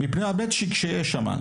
מפני המצ'ינג שיש שמה,